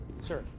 Sir